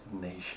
nation